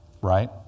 Right